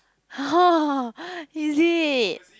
oh is it